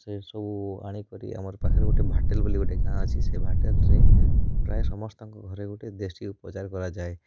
ସେ ସବୁ ଆଣିକରି ଆମର ପାଖରେ ଭାଟଲ୍ ବୋଲି ଗାଁ ଅଛି ସେଇ ଭାଟଲ୍ ରେ ପ୍ରାୟ ସମସ୍ତଙ୍କ ଘରେ ଗୋଟେ ଦେଶୀ ଉପଚାର କରାଯାଏ